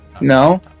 no